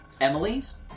Emily's